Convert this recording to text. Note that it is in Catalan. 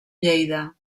lleida